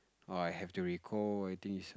oh I have to recall I think it's